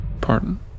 pardon